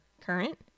current